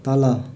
तल